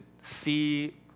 see